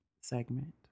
segment